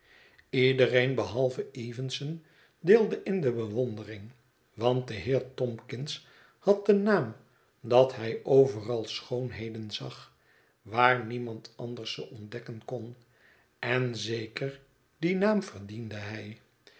evenson deelde in de bewondering want de heer tomkins had den naam dat hij overal schoonheden zag waar niemand anders ze ontdekken kon en zeker dien naam verdiende hij